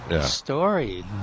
story